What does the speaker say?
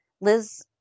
Liz